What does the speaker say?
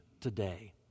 today